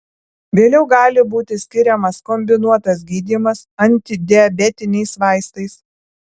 vėliau gali būti skiriamas kombinuotas gydymas antidiabetiniais vaistais